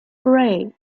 gray